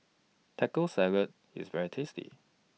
Taco Salad IS very tasty